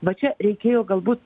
va čia reikėjo galbūt